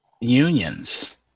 unions